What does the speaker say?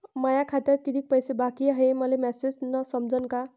माया खात्यात कितीक पैसे बाकी हाय हे मले मॅसेजन समजनं का?